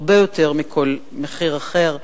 הרבה יותר מכל מחיר אחר.